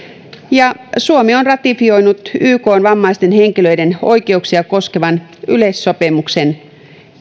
ja suomi on ratifioinut ykn vammaisten henkilöiden oikeuksia koskevan yleissopimuksen